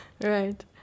right